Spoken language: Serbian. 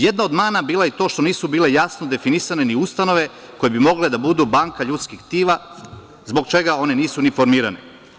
Jedna od mana bila je i to što nisu bila jasno definisane ustanove koje bi mogle da budu banka ljudskih tkiva zbog čega one nisu ni formirane.